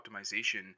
optimization